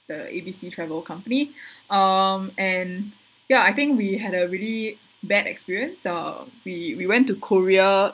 the A_B_C travel company um and ya I think we had a really bad experience uh we we went to korea